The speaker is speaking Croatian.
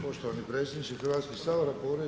Poštovani predsjedniče Hrvatskog sabora.